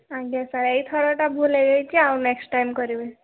ଆଜ୍ଞା ସାର୍ ଏହି ଥରଟା ଭୁଲ ହେଇ ଯାଇଛି ଆଉ ନେକ୍ସଟ୍ ଟାଇମ୍ କରିବିନି